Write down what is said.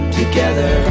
together